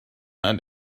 and